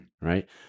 right